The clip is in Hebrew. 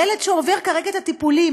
ילד שעובר כרגע את הטיפולים,